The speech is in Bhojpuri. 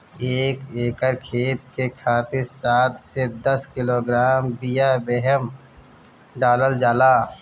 एक एकर खेत के खातिर सात से दस किलोग्राम बिया बेहन डालल जाला?